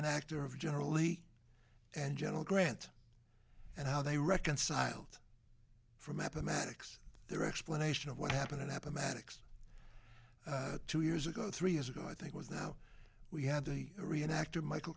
reactor of generally and general grant and how they reconciled from apple maddox their explanation of what happened it happened maddox two years ago three years ago i think was now we had the reenacted michael